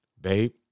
babe